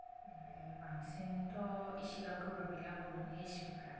बेनिफ्राय बांसिनथ' इसेग्राब गोब्राब गैला बर'नि रेसिपिफ्रा